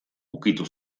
ukitu